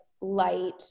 light